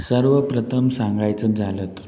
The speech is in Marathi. सर्वप्रथम सांगायचं झालं तर